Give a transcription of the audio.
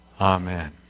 Amen